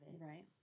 right